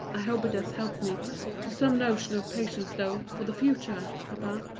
i hope it has helped me to some notion of patience, though, for the future, papa.